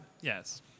yes